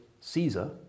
Caesar